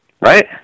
Right